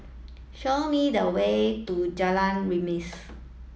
show me the way to Jalan Remis